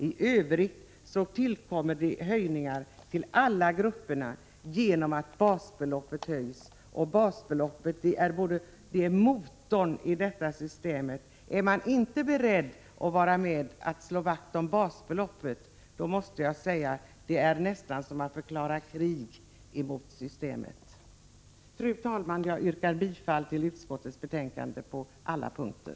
I övrigt tillfaller höjningarna alla grupper genom att basbeloppet höjs, och basbeloppet är själva motorn i detta system. Är man inte beredd att vara med om att slå vakt om basbeloppet, måste jag säga att det är som att förklara krig mot systemet. Fru talman! Jag yrkar bifall till utskottets hemställan på alla punkter.